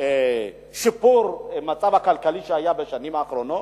שיפור במצב הכלכלי בשנים האחרונות.